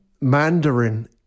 Mandarin